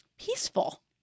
peaceful